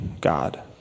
God